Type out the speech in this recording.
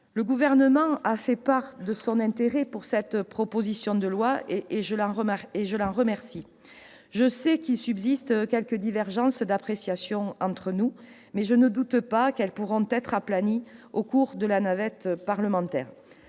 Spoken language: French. Le Gouvernement a fait part de son intérêt pour cette proposition de loi ; je l'en remercie. Je sais qu'il subsiste quelques divergences d'appréciation entre nous, mais je ne doute pas qu'elles pourront être aplanies au cours de la navette parlementaire.